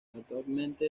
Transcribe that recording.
actualmente